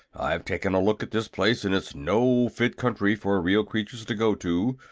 i've taken a look at this place, and it's no fit country for real creatures to go to.